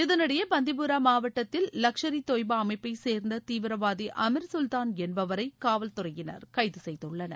இதனிடையே பந்திபூரா மாவட்டத்தில் லஸ்கர் இ தொய்பா அமைப்பைச் சேர்ந்த தீவிரவாதி அமீர் சுல்தான் என்பவரை காவல்துறையினர் கைது செய்துள்ளனர்